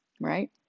right